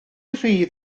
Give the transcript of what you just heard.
rhydd